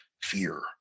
fear